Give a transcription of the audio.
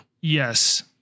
Yes